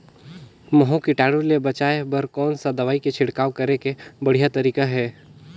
महू कीटाणु ले बचाय बर कोन सा दवाई के छिड़काव करे के बढ़िया तरीका हे?